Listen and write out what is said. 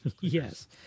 Yes